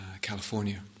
California